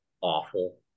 awful